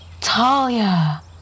Talia